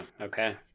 Okay